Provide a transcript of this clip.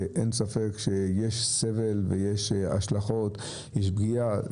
ואין ספק שיש סבל ויש השלכות, יש פגיעה.